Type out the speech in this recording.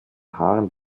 haaren